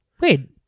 Wait